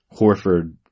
Horford